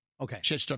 Okay